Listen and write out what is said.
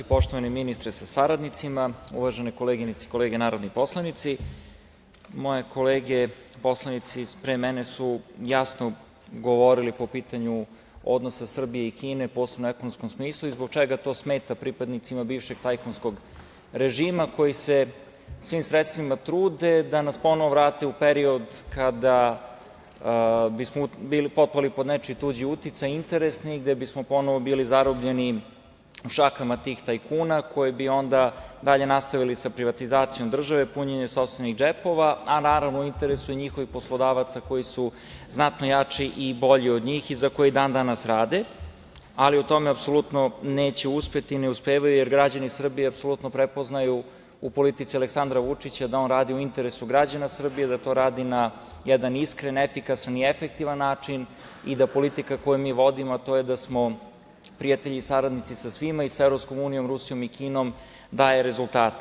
Poštovani ministre sa saradnicima, uvažene koleginice i kolege narodni poslanici, moje kolege poslanici pre mene su jasno govorili po pitanju odnosa Srbije i Kine, posebno u ekonomskom smislu i zbog čega to smeta pripadnicima bivšeg tajkunskog režima, koji se svim sredstvima trude da nas ponovo vrate u period kada bismo potpali pod nečiji tuđi uticaj, interesni, gde bismo ponovo bili zarobljeni šakama tih tajkuna, koji bi onda dalje nastavili sa privatizacijom države, punjenje sopstvenih džepova, a naravno, u interesu i njihovih poslodavaca koji su znatno jači i bolji od njih i za koje i dan danas rade, ali o tome apsolutno neće uspeti i ne uspevaju, jer građani Srbije apsolutno prepoznaju u politici Aleksandra Vučića da on radi u interesu građana Srbije, da to radi na jedan iskren, efikasan i efektivan način i da politika koju mi vodimo, a to je da smo prijatelji i saradnici sa svima, i sa EU, Rusijom i Kinom daje rezultate.